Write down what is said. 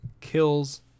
kills